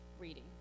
reading